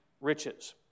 riches